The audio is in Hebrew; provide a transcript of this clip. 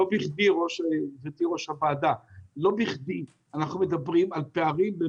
לא בכדי אנחנו מדברים על פערים בין